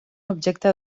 objecte